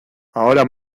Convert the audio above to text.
ahora